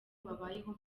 babayeho